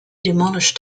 demolished